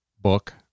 book